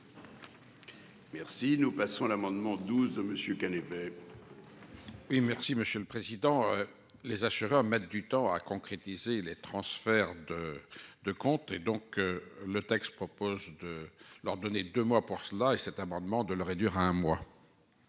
Merci. Nous passons à l'amendement 12 de Monsieur épais. Oui, merci Monsieur le Président. Les assureurs mettent du temps à concrétiser les transferts de. De compte et donc le texte propose de leur donner de mois pour cela. Et cet amendement de le réduire à un mois.